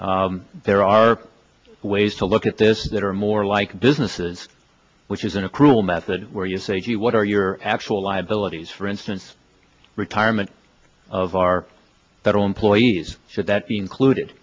there are ways to look at this that are more like businesses which is an accrual method where you say gee what are your actual liabilities for instance retirement of our federal employees should that be included